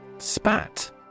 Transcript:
spat